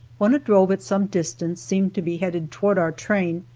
when a drove, at some distance, seemed to be headed toward our train,